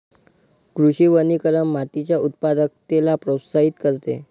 कृषी वनीकरण मातीच्या उत्पादकतेला प्रोत्साहित करते